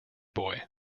boy